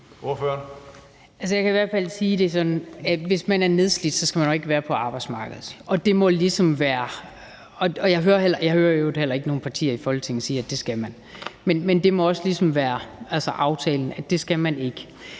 hvis man er nedslidt, så skal man jo ikke være på arbejdsmarkedet. Jeg hører i øvrigt heller ikke nogen partier i Folketinget sige, at det skal man. Men det må ligesom være aftalen, at det skal man ikke.